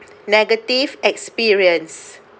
negative experience